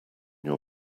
your